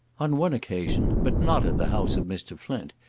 on one occasion, but not at the house of mr. flint,